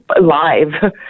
live